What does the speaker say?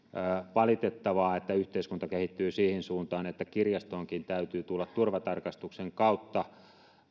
valitettavaa että yhteiskunta kehittyy siihen suuntaan että kirjastoonkin täytyy tulla turvatarkastuksen kautta